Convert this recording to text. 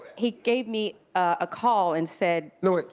he gave me a call, and said no, wait,